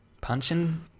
punching